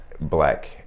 black